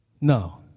No